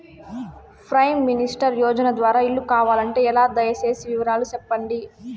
Prime minister యోజన ద్వారా ఇల్లు కావాలంటే ఎలా? దయ సేసి వివరాలు సెప్పండి?